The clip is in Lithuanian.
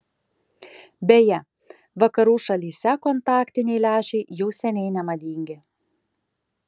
beje vakarų šalyse kontaktiniai lęšiai jau seniai nemadingi